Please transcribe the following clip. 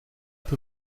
peu